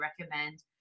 recommend